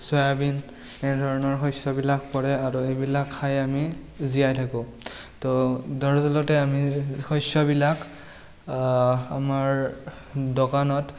soybean এনেধৰণৰ শস্যবিলাক পৰে আৰু এইবিলাক খায়ে আমি জীয়াই থাকোঁ তো দৰাচলতে আমি শস্যবিলাক আমাৰ দোকানত